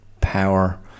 power